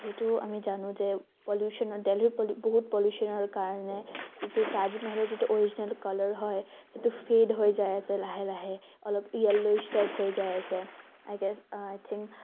যিহেতু আমি জানোঁ যে প্যলুশ্যনৰ ডেলহিৰ প্যলু বহুত প্যলুশ্যনৰ কাৰণে যিটো তাজমেহেলৰ যিটো অৰিজিনেল কালাৰ হয় সেইটো ফেড হৈ যায় আছে লাহে লাহে অলপ ইয়েল্লয়িছ টাইপ হৈ যায় আছে আই গেচ আই থিংক